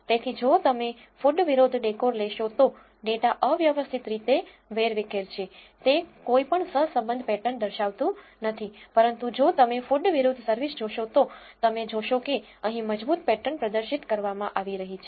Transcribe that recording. તેથી જો તમે food વિરુદ્ધ decor લેશો તો ડેટા અવ્યવસ્થિત રીતે વેરવિખેર છે તે કોઈ પણ સહસંબંધ પેટર્ન દર્શાવતું નથી પરંતુ જો તમે food વિરુદ્ધ service જોશો તો તમે જોશો કે અહીં મજબૂત પેટર્ન પ્રદર્શિત કરવામાં આવી રહી છે